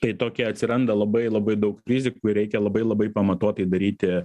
tai tokia atsiranda labai labai daug rizikų ir reikia labai labai pamatuotai daryti